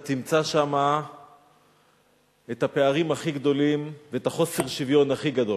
את הפערים הכי גדולים ואת חוסר השוויון הכי גדול,